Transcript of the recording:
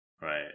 Right